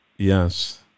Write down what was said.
Yes